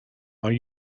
are